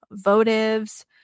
votives